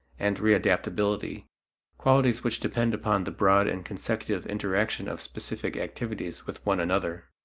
and readaptability qualities which depend upon the broad and consecutive interaction of specific activities with one another.